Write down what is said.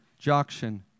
Jokshan